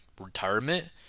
retirement